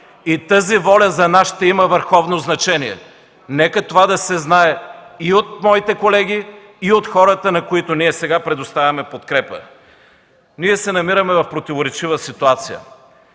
и тази воля за нас ще има върховно значение! Нека това да се знае и от моите колеги, и от хората, на които сега предоставяме подкрепа. Ние се намираме в противоречива ситуация.